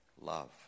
love